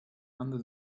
under